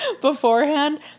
beforehand